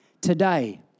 today